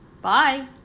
Bye